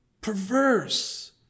perverse